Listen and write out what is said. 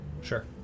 Sure